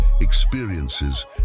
experiences